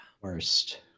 worst